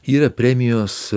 yra premijos